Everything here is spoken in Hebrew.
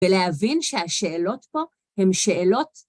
ולהבין שהשאלות פה הן שאלות...